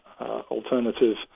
alternative